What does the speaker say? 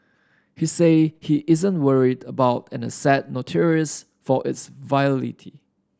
he say he isn't worried about an asset notorious for its volatility